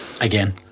again